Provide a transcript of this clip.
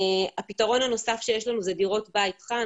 הפתרון הנוסף שיש לנו זה דירות בית חם,